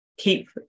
Keep